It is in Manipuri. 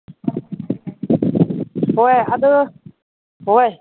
ꯍꯣꯏ ꯑꯗꯣ ꯍꯣꯏ